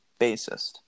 bassist